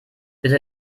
bitte